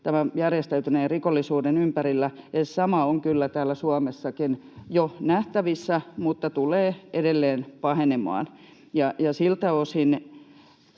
järjestäytyneen rikollisuuden, ympärillä. Sama on kyllä täällä Suomessakin jo nähtävissä, mutta tulee edelleen pahenemaan. Siltä osin